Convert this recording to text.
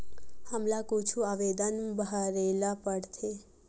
हमला कुछु आवेदन भरेला पढ़थे?